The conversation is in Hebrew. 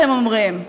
אתם אומרים,